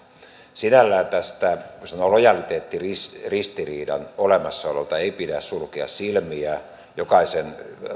sinällään voi sanoa lojaliteettiristiriidan olemassaololta ei pidä sulkea silmiä jokaisen